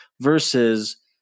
versus